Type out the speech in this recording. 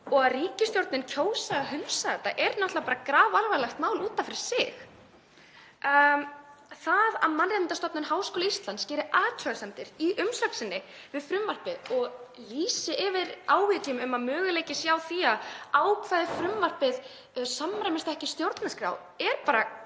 og að ríkisstjórnin kjósi að hunsa þetta er náttúrlega grafalvarlegt mál út af fyrir sig. Það að Mannréttindastofnun Háskóla Íslands geri athugasemdir í umsögn sinni við frumvarpið og lýsi yfir áhyggjum um að möguleiki sé á því að ákvæði frumvarpsins samræmist ekki stjórnarskrá er grafalvarlegt